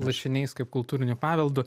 lašiniais kaip kultūriniu paveldu